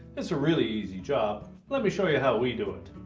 it's a really easy job. let me show you how we do it.